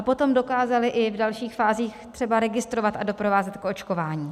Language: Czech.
Potom dokázali v dalších fázích třeba registrovat a doprovázet k očkování.